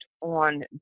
on